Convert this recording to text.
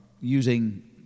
using